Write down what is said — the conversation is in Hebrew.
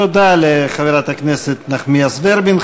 תודה לחברת הכנסת נחמיאס ורבין.